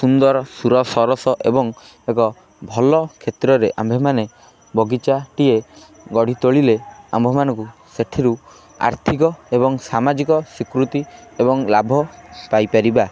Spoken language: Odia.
ସୁନ୍ଦର ସରସ ଏବଂ ଏକ ଭଲ କ୍ଷେତ୍ରରେ ଆମ୍ଭେମାନେ ବଗିଚାଟିଏ ଗଢ଼ି ତୋଳିଲେ ଆମ୍ଭେମାନଙ୍କୁ ସେଠିରୁ ଆର୍ଥିକ ଏବଂ ସାମାଜିକ ସ୍ୱୀକୃତି ଏବଂ ଲାଭ ପାଇପାରିବା